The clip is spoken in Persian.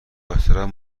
احترام